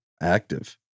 active